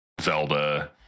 Zelda